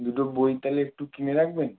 দুটো বই তাহলে একটু কিনে রাখবেন